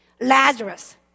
Lazarus